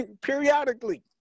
periodically